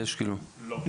לא.